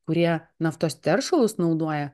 kurie naftos teršalus naudoja